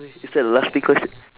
is that the last pink question